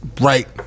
right